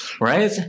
right